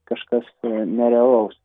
kažkas nerealaus